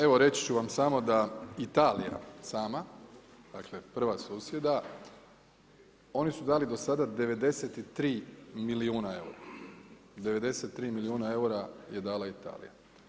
Evo, reći ću vam samo da Italija sama, dakle prva susjeda, oni su dali do sada 93 milijuna eura, 93 milijuna eura je dala Italija.